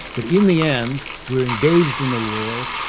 that in the end we're engaged in the world.